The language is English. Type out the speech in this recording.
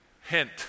Hint